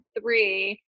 three